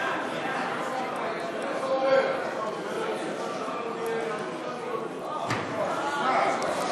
ההצעה להסיר מסדר-היום את הצעת חוק להסדרת הפיקוח על כלבים (תיקון,